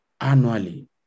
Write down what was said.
annually